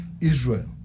Israel